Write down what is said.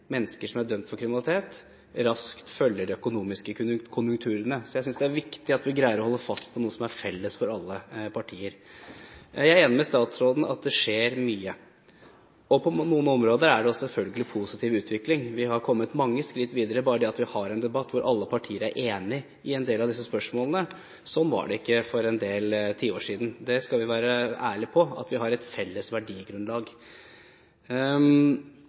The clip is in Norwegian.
mennesker som er dømt for kriminalitet, raskt følger de økonomiske konjunkturene. Så det er viktig at vi greier å holde fast på noe som er felles for alle partier. Jeg er enig med statsråden i at det skjer mye, og på noen områder er det selvfølgelig en positiv utvikling. Vi har kommet mange skritt videre. Bare det at vi har en debatt der alle partier er enige i en del av disse spørsmålene – sånn var det ikke for en del tiår siden. Vi skal være ærlige på at vi har et felles verdigrunnlag.